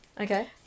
Okay